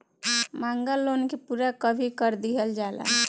मांगल लोन के पूरा कभी कर दीहल जाला